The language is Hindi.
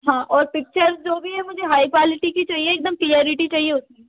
हाँ और पिक्चर जो भी है मुझे हाई क्वालिटी की चाहिए एकदम क्लियरिटी चाहिए उसमें